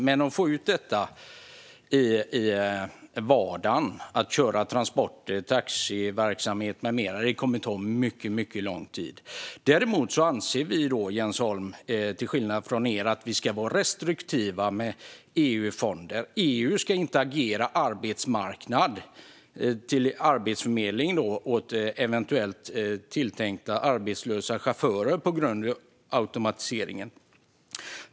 Men att få ut detta i vardagen, att köra transporter, taxiverksamhet med mera kommer att ta mycket, mycket lång tid. Däremot anser vi till skillnad från Jens Holm och Vänsterpartiet att vi ska vara restriktiva med EU-fonder. EU ska inte agera arbetsförmedling till chaufförer som eventuellt blir arbetslösa på grund av automatiseringen.